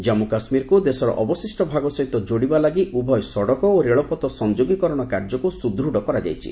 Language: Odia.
ଜାନ୍ମୁ କାଶ୍ମୀରକୁ ଦେଶର ଅବଶିଷ୍ଟ ଭାଗ ସହିତ ଯୋଡ଼ିବା ଲାଗି ଉଭୟ ସଡ଼କ ଓ ରେଳପଥ ସଂଯୋଗୀକରଣ କାର୍ଯ୍ୟକୁ ସୁଦୃଢ଼ କରାଯାଇଛି